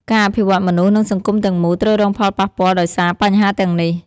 ការអភិវឌ្ឍមនុស្ស និងសង្គមទាំងមូលត្រូវរងផលប៉ះពាល់ដោយសារបញ្ហាទាំងនេះ។